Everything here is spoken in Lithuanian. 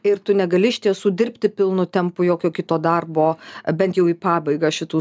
ir tu negali iš tiesų dirbti pilnu tempu jokio kito darbo bent jau į pabaigą šitų